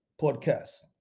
Podcast